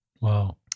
Wow